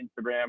Instagram